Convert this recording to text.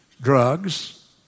Drugs